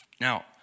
Now